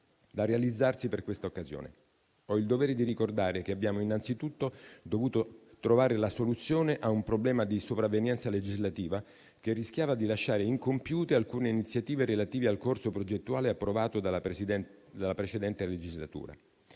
da realizzarsi per questa occasione. Ho il dovere di ricordare che abbiamo innanzitutto dovuto trovare la soluzione a un problema di sopravvenienza legislativa, che rischiava di lasciare incompiute alcune iniziative relative al corso progettuale approvato nella precedente legislatura.